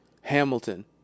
Hamilton